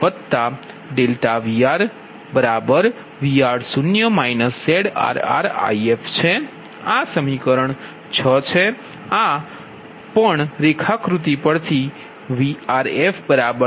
આ સમીકરણ 6 છે પણ આ રેખાકૃતિ પરથી VrfZfIf છે